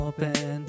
Open